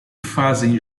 fazem